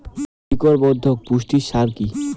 শিকড় বর্ধক পুষ্টি সার কি?